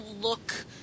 look